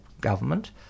government